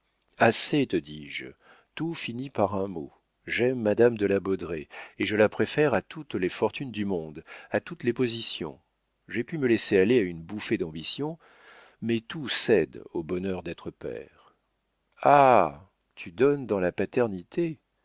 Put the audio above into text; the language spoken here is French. assez te dis-je tout finit par un mot j'aime madame de la baudraye et je la préfère à toutes les fortunes du monde à toutes les positions j'ai pu me laisser aller à une bouffée d'ambition mais tout cède au bonheur d'être père ah tu donnes dans la paternité